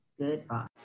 Goodbye